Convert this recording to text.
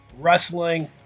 Wrestling